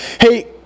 hey